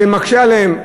שזה מקשה עליהם,